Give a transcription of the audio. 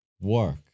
work